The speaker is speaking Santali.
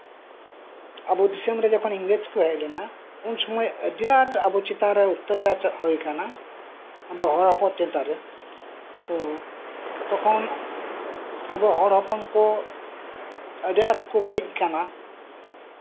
ᱟᱵᱚ ᱫᱤᱥᱚᱢᱨᱮ ᱡᱚᱠᱷᱚᱱ ᱤᱝᱨᱮᱡᱽ ᱠᱚ ᱦᱮᱡ ᱞᱮᱱᱟ ᱩᱱ ᱥᱚᱢᱚᱭ ᱟᱵᱚ ᱪᱮᱛᱟᱱᱨᱮ ᱟᱹᱰᱤ ᱟᱸᱴ ᱚᱛᱛᱟᱪᱟᱨ ᱦᱩᱭ ᱠᱟᱱᱟ ᱟᱵᱚ ᱦᱚᱲ ᱦᱚᱯᱚᱱ ᱪᱮᱛᱟᱱᱨᱮ ᱛᱚ ᱛᱚᱠᱷᱚᱱ ᱟᱵᱚ ᱦᱚᱲ ᱦᱚᱯᱚᱱ ᱠᱚ ᱟᱹᱰᱤ ᱟᱸᱴ ᱠᱚ ᱵᱟᱹᱲᱤᱡ ᱠᱟᱱᱟ